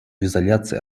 изоляции